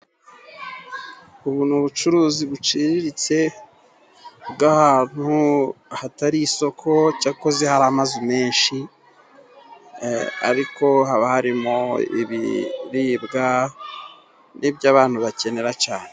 Ubu ni ubucuruzi buciriritse bw'ahantu hatari isoko, cyakoze hari amazu menshi, ariko haba harimo ibiribwa n'iby'abantu bakenera cyane.